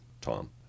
Tom